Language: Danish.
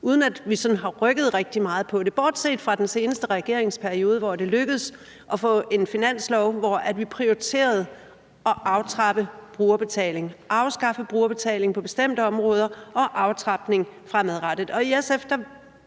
uden at vi sådan har rykket rigtig meget på det bortset fra i den seneste regeringsperiode, hvor det lykkedes at få en finanslov, hvor vi prioriterede at aftrappe brugerbetaling – afskaffe brugerbetaling på bestemte områder og aftrappe fremadrettet.